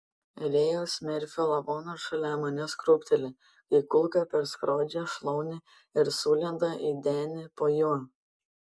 rėjaus merfio lavonas šalia manęs krūpteli kai kulka perskrodžia šlaunį ir sulenda į denį po juo